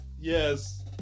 yes